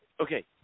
Okay